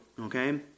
okay